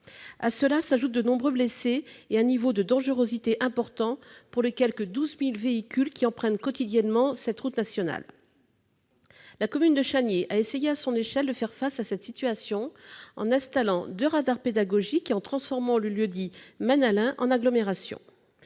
À cela s'ajoutent de nombreux blessés et un niveau de dangerosité important pour les quelque 12 000 véhicules qui empruntent quotidiennement cette route nationale. La commune de Chaniers a essayé, à son échelle, de faire face à cette situation en installant deux radars pédagogiques et en transformant le lieu-dit du Maine-Allain en agglomération.